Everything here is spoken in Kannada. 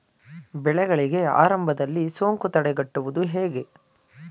ಬೆಳೆಗಳಿಗೆ ಆರಂಭದಲ್ಲಿ ಸೋಂಕು ತಡೆಗಟ್ಟುವುದು ಹೇಗೆ?